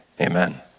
Amen